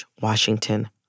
Washington